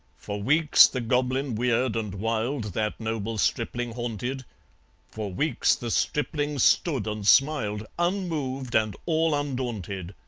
for weeks the goblin weird and wild, that noble stripling haunted for weeks the stripling stood and smiled, unmoved and all undaunted.